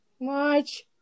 March